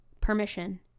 permission